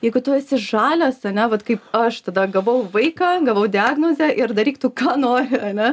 jeigu tu esi žalias ane vat kaip aš tada gavau vaiką gavau diagnozę ir daryk tu ką nori ane